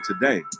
today